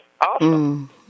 awesome